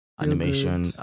animation